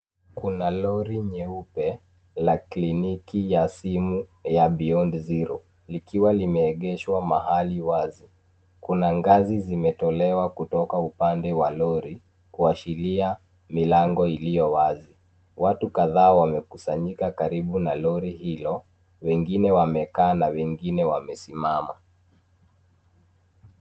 Kuna lori nyeupe la kliniki ya simu ya Beyond Zero likiwa limeegeshwa mahali wazi. Kuna ngazi zimetolewa kutoka upande wa lori kuashiria milango iliyo wazi. Watu kadhaa wamekusanyika karibu na lori hilo, wengine wamekaa na wengine wamesimama.